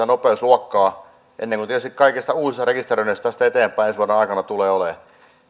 nopeusluokkaa ennen kuin tietysti kaikista uusista rekisteröinneistä tästä eteenpäin ensi vuoden aikana tulee olemaan